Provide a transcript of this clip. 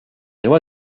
loi